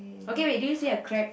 okay wait do you see a crab